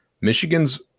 Michigan's